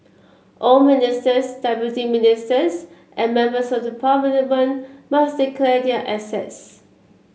all ministers deputy ministers and members of the parliament must declare their assets